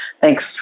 thanks